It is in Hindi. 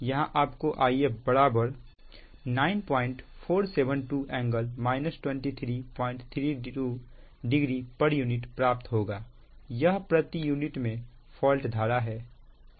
यहां आपको If 9472∟ 23320 pu प्राप्त होगा यह प्रति यूनिट में फॉल्ट धारा है